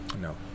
No